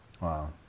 Wow